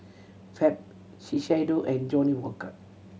Fab Shiseido and Johnnie Walker